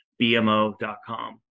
bmo.com